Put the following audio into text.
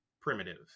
primitive